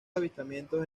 avistamientos